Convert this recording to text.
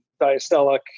diastolic